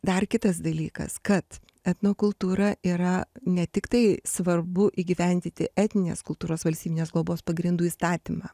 dar kitas dalykas kad etnokultūra yra ne tiktai svarbu įgyvendyti etninės kultūros valstybinės globos pagrindų įstatymą